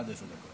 עד עשר דקות.